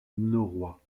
norrois